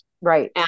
Right